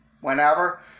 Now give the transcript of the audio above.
whenever